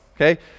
okay